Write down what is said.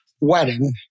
wedding